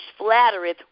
flattereth